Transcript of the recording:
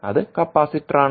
അത് കപ്പാസിറ്ററാണ്